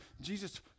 Jesus